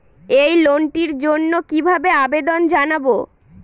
এই লোনটির জন্য কিভাবে আবেদন জানাবো?